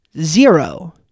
zero